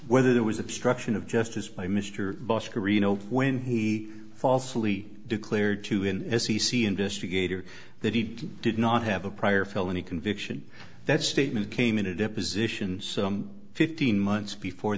whether there was obstruction of justice by mr bosch corrino when he falsely declared to in as he see investigator that he did not have a prior felony conviction that statement came in a deposition some fifteen months before